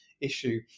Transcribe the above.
issue